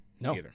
No